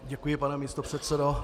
Děkuji, pane místopředsedo.